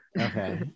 Okay